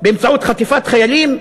באמצעות חטיפת חיילים,